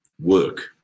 work